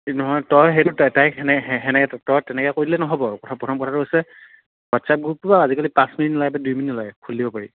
নহয় তই সেইটো তাইক সেনেকে তই তেনেকে কৰি দিলেই নহ'ব কথা প্ৰথম কথাটো হৈছে হোৱাটছএপ গ্ৰুপটো আজিকালি পাঁচ মিনিট নালাগে বা দুই মিনিট নালাগে খুলি দিব পাৰি